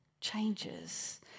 changes